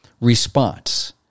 response